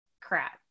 crap